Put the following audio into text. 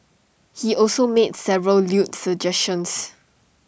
he also made several lewd suggestions